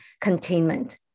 containment